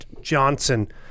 Johnson